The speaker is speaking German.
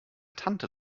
tante